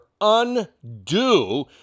undo